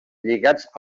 lligats